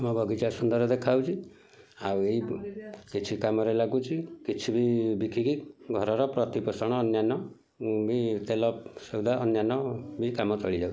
ଆମ ବଗିଚା ସୁନ୍ଦର ଦେଖାଯାଉଛି ଆଉ ଏଇ କିଛି କାମରେ ଲାଗୁଛି କିଛି ବି ବିକିକି ଘରର ପ୍ରତିପୋଷଣ ଅନ୍ୟାନ୍ୟ ବି ତେଲ ସଉଦା ଅନ୍ୟାନ୍ୟ ବି କାମ ଚଳିଯାଉଛି